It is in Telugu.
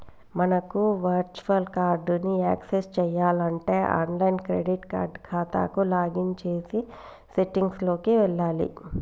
మనకు వర్చువల్ కార్డ్ ని యాక్సెస్ చేయాలంటే ఆన్లైన్ క్రెడిట్ కార్డ్ ఖాతాకు లాగిన్ చేసి సెట్టింగ్ లోకి వెళ్లాలి